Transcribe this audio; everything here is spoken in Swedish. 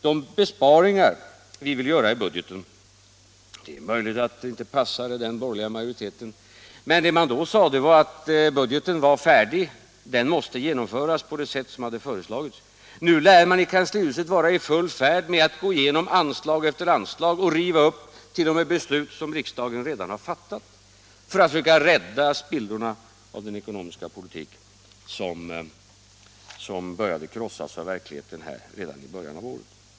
Det är möjligt att de besparingar som vi ville göra inte passade den borgerliga majoriteten, men det man då sade var att budgeten var färdig och måste genomföras på det sätt som föreslagits. Nu lär man i kanslihuset vara i färd med att gå igenom anslag efter anslag och t.o.m. riva upp beslut som riksdagen redan fattat för att försöka rädda spillrorna av den ekonomi som började krossas av verkligheten redan i början av året.